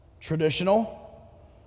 Traditional